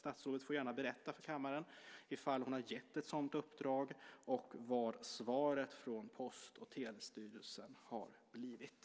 Statsrådet får gärna berätta för kammaren ifall hon har gett ett sådant uppdrag, och vad svaret från Post och telestyrelsen har blivit.